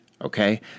okay